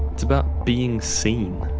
it's about being seen.